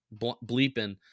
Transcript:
bleeping